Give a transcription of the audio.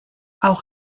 auch